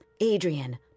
Adrian